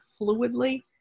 fluidly